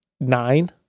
nine